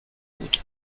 gut